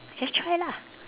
just try lah